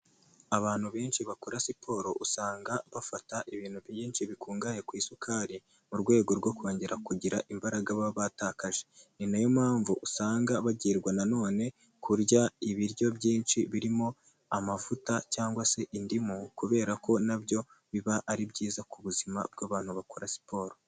Abantu benshi bakora siporo usanga bafata ibintu byinshi bikungahaye ku isukari mu rwego rwo kongera kugira imbaraga baba batakaje, ni nayo mpamvu usanga bagirwa nano kurya ibiryo byinshi birimo amavuta cyangwa se indimu kubera ko na byo biba ari byiza ku buzima bw'abantu bakora siporo.